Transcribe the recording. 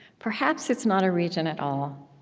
perhaps it's not a region at all.